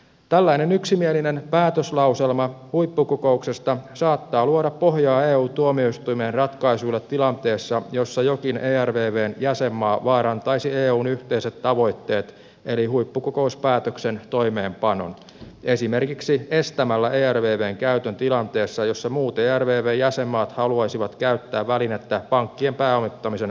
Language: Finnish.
tällainen yksimielinen päätöslauselma huippukokouksesta saattaa luoda pohjaa eu tuomioistuimen ratkaisuille tilanteessa jossa jokin ervvn jäsenmaa vaarantaisi eun yhteiset tavoitteet eli huippukokouspäätöksen toimeenpanon esimerkiksi estämällä ervvn käytön tilanteessa jossa muut ervv jäsenmaat haluaisivat käyttää välinettä pankkien pääomittamisen rahoittamiseen